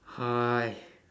!aiya!